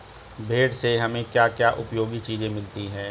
भेड़ से हमें क्या क्या उपयोगी चीजें मिलती हैं?